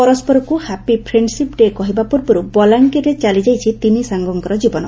ପରସ୍ୱରକୁ happy friendship day' କହିବା ପୂର୍ବରୁ ଚାଲିଯାଇଛି ତିନି ସାଙ୍ଗଙ୍କ ଜୀବନ